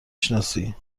شناسی